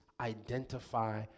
Identify